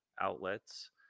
outlets